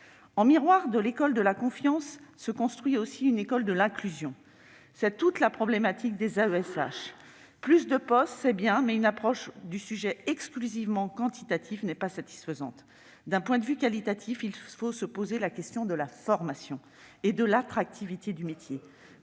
En miroir de l'école de la confiance se construit aussi une école de l'inclusion, ce qui soulève toute la problématique des AESH. Plus de postes, c'est bien, mais une approche du sujet exclusivement quantitative n'est pas satisfaisante. D'un point de vue qualitatif, il faut se poser la question de la formation et de l'attractivité du métier.